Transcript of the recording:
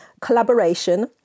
collaboration